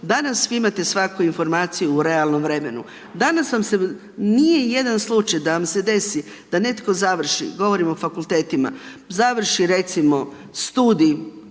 Danas vi imate svaku informaciju u realnom vremenu. Danas vam se nije jedan slučaj da vam se desi da netko završi, govorim o fakultetima, završi recimo studij